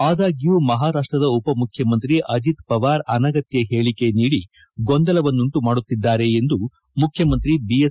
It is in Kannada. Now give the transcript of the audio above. ಆದಾಗ್ಯೂ ಮಹಾರಾಷ್ಟದ ಉಪ ಮುಖ್ಯಮಂತ್ರಿ ಅಜಿತ್ ಪವಾರ್ ಅನಗತ್ಯ ಹೇಳಿಕೆ ನೀಡುವ ಗೊಂದಲವನ್ನುಂಟು ಮಾಡುತ್ತಿದ್ದಾರೆ ಎಂದು ಮುಖ್ಯಮಂತ್ರಿ ಬಿಎಸ್